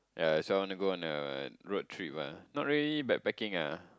ya so I wanna go on a road trip ah not really backpacking ah